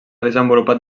desenvolupat